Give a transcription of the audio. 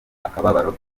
akababaro